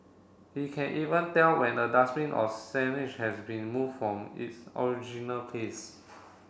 he can even tell when a dustbin or signage has been moved from its original place